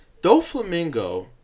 Doflamingo